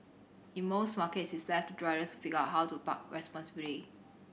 in most markets it's left to riders to figure out how to park responsibly